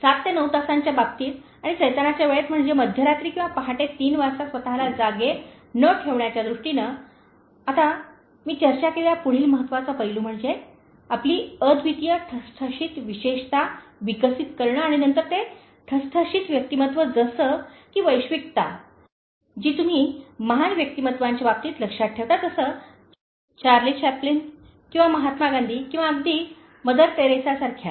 सात ते नऊ तासांच्या बाबतीत आणि सैतानाच्या वेळेत म्हणजे मध्यरात्री किंवा पहाटे तीन वाजता स्वतला जागे न ठेवण्याच्या दृष्टीने आता मी चर्चा केलेला पुढील महत्वाचा पैलू म्हणजे आपली अद्वितीय ठसठशीत विशेषता विकसित करणे आणि नंतर ते ठसठशीत व्यक्तिमत्त्व जसे की वैश्विकता जी तुम्ही महान व्यक्तिमत्त्वांच्या बाबतीत लक्षात ठेवता जसे चार्ली चॅपलिन किंवा महात्मा गांधी किंवा अगदी मदर टेरेसासारख्या